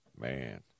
man